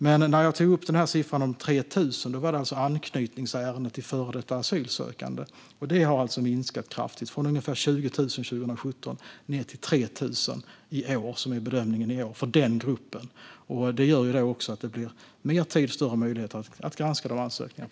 Men siffran 3 000, som jag tog upp, är alltså anknytningsärenden till före detta asylsökande. De har alltså minskat kraftigt, från ungefär 20 000 2017 ned till 3 000 i år, som är bedömningen för den gruppen. Det gör att det blir mer tid och större möjligheter att granska ansökningarna.